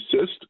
assist